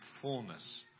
fullness